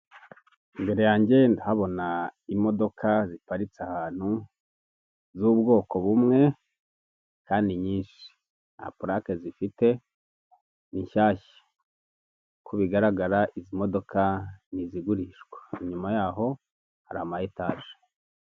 Imbere yanjye nda nkabona imodoka ziparitse ahantu, z'ubwoko bumwe, kandi nyinshi. Nta purake zifite, ni shyashya. Uko bigaragara, izi modoka ni izigurishwa. Inyuma yaho hari ama etaje.